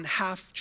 half